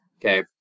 okay